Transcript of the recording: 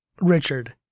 Richard